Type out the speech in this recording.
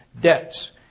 debts